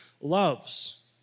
loves